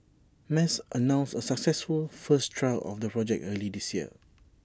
mas announced A successful first trial of the project early this year